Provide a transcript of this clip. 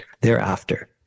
thereafter